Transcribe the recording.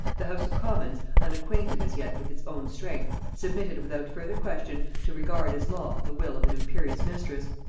the house of commons, unacquainted as yet with its own strength, submitted without further question to regard as law the will of an imperious mistress,